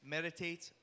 meditate